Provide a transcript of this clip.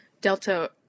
Delta